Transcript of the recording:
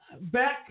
back